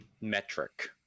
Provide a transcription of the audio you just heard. metric